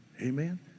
Amen